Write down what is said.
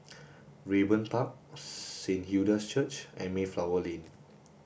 Raeburn Park Saint Hilda's Church and Mayflower Lane